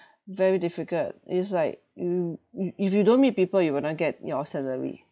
very difficult it's like you you if you don't meet people you will not get your salary